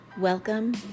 welcome